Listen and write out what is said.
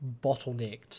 bottlenecked